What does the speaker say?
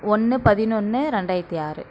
ஒன்று பதினொன்று ரெண்டாயித்தி ஆறு